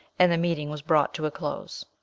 and the meeting was brought to a close.